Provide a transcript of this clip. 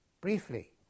Briefly